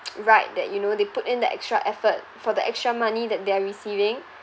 right that you know they put in that extra effort for the extra money that they are receiving